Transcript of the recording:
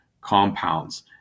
compounds